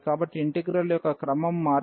కాబట్టి ఇంటిగ్రల్ యొక్క క్రమం మార్పు